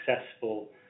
successful